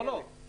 לא, לא.